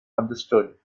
understood